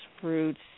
fruits